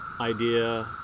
idea